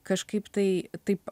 kažkaip tai taip